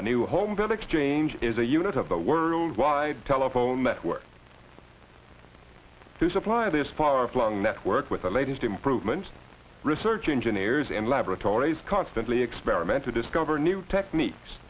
the new home for the exchange is a unit of the world wide tell phone networks who supply this far flung network with the latest improvement research engineers and laboratories constantly experimental discover new techniques